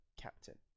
captain